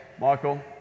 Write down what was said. Michael